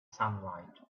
sunlight